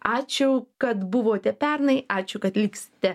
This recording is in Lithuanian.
ačiū kad buvote pernai ačiū kad liksite